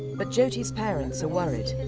but jyoti's parents are worried.